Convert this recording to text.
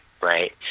right